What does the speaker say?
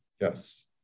Yes